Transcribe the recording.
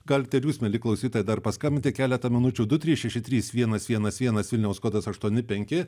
galite ir jūs mieli klausytojai dar paskambinti keletą minučių du trys šeši trys vienas vienas vienas vilniaus kodas aštuoni penki